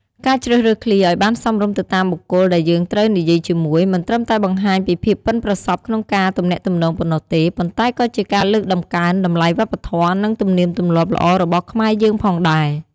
ការជ្រើសរើសឃ្លាឱ្យបានសមរម្យទៅតាមបុគ្គលដែលយើងត្រូវនិយាយជាមួយ មិនត្រឹមតែបង្ហាញពីភាពប៉ិនប្រសប់ក្នុងការទំនាក់ទំនងប៉ុណ្ណោះទេ ប៉ុន្តែក៏ជាការលើកតម្កើងតម្លៃវប្បធម៌ និងទំនៀមទម្លាប់ល្អរបស់ខ្មែរយើងផងដែរ។